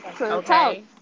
okay